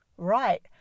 Right